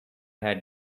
had